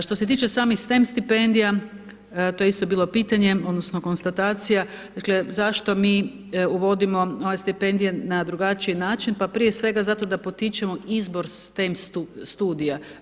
Što se tiče samih STEM stipendija, to je isto bilo pitanje, odnosno konstatacija, zašto mi uvodimo ove stipendije na drugačiji način, pa prije svega da potičemo izbor STEM studija.